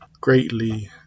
greatly